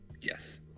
Yes